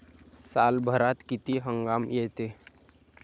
सालभरात किती हंगाम येते?